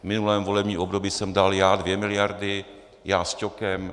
V minulém volebním období jsem dal já dvě miliardy, já s Ťokem.